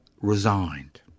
resigned